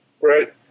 Right